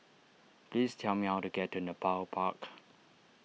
please tell me how to get to Nepal Park